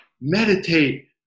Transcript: meditate